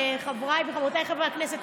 חבריי וחברותיי חברי הכנסת,